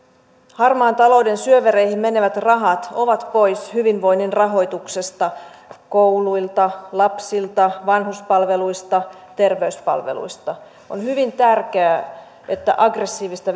harmaan talouden syövereihin menevät rahat ovat pois hyvinvoinnin rahoituksesta kouluilta lapsilta vanhuspalveluista terveyspalveluista on hyvin tärkeää että aggressiivista